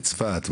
בצפת,